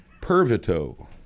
Pervito